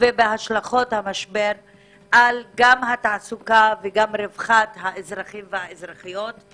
ובהשלכות המשבר גם על התעסוקה וגם על רווחת האזרחים והאזרחיות.